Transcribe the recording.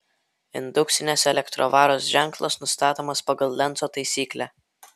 indukcinės elektrovaros ženklas nustatomas pagal lenco taisyklę